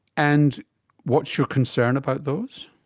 and what's your concern about those?